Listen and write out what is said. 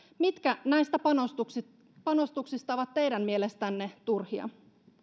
mitkä näistä panostuksista ovat teidän mielestänne turhia